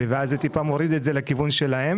זה מוריד את זה מעט לכיוון שלהם.